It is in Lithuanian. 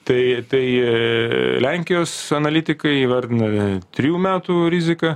tai tai lenkijos analitikai įvardina trijų metų riziką